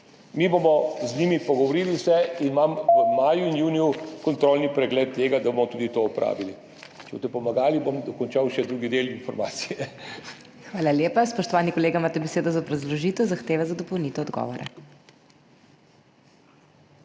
se bomo z njimi pogovorili in imam v maju in juniju kontrolni pregled tega, da bomo tudi to opravili. Če boste pomagali, bom dokončal še drugi del informacije. **PODPREDSEDNICA MAG. MEIRA HOT:** Hvala lepa. Spoštovani kolega, imate besedo za obrazložitev zahteve za dopolnitev odgovora.